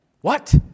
What